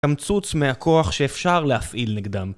קמצוץ מהכוח שאפשר להפעיל נגדם